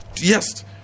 Yes